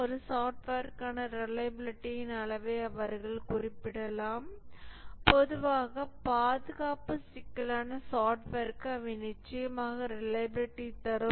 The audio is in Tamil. ஒரு சாப்ட்வேர்க்கான ரிலையபிலிடியின் அளவை அவர்கள் குறிப்பிடலாம் பொதுவாக பாதுகாப்பு சிக்கலான சாப்ட்வேர்க்கு அவை நிச்சயமாக ரிலையபிலிடி தரும்